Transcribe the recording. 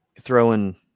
throwing –